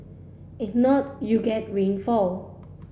if not you get rainfall